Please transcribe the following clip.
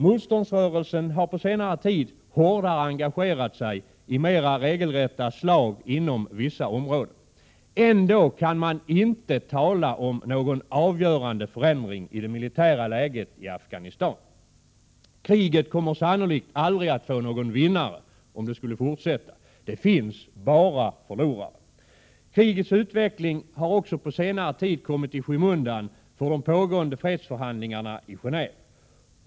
Motståndsrörelsen har på senare tid hårdare engagerat sig i mera regelrätta slag inom vissa områden. Ändå kan man inte tala om någon avgörande förändring i det militära läget i Afghanistan. Kriget kommer sannolikt aldrig att få någon vinnare om det skall fortsätta. Det finns bara förlorare. Krigets utveckling har också på senare tid kommit i skymundan för de pågående fredsförhandlingarna i Genéve.